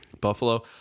Buffalo